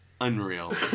Unreal